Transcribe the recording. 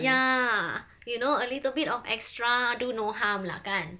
ya you know a little bit of extra do no harm lah kan